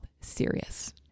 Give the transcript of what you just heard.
serious